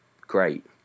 great